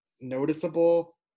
noticeable